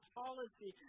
policy